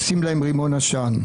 שים להם רימון עשן.